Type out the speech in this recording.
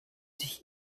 sich